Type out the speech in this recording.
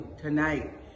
tonight